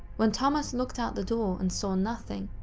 when thomas looked out the door and saw nothing,